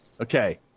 okay